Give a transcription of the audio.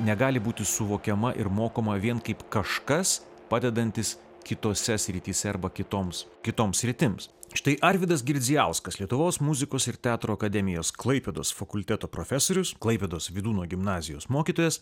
negali būti suvokiama ir mokoma vien kaip kažkas padedantis kitose srityse arba kitoms kitoms sritims štai arvydas girdzijauskas lietuvos muzikos ir teatro akademijos klaipėdos fakulteto profesorius klaipėdos vydūno gimnazijos mokytojas